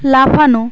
লাফানো